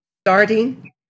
starting